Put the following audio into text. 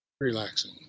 Relaxing